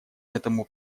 этому